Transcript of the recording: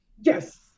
yes